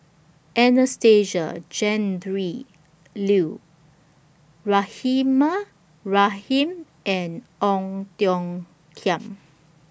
Anastasia Tjendri Liew Rahimah Rahim and Ong Tiong Khiam